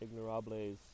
Ignorables